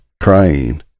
crying